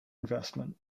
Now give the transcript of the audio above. investment